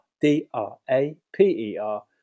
D-R-A-P-E-R